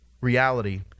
reality